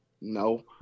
No